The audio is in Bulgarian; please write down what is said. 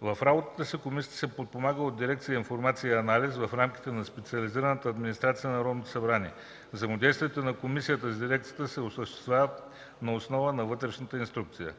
В работата си Комисията се подпомага от дирекция „Информация и анализ” в рамките на специализираната администрация на Народното събрание. Взаимодействието на Комисията с дирекцията се осъществява на основата на вътрешна инструкция.